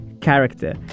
character